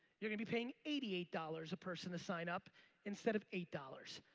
you're gonna be paying eighty eight dollars a person to sign up instead of eight dollars.